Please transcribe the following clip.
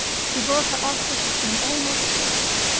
she bore her ostracism almost fiercely,